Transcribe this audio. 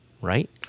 right